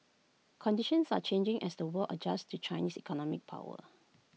conditions are changing as the world adjusts to Chinese economic power